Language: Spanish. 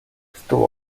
estuvo